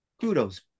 kudos